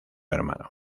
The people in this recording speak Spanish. hermano